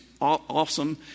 awesome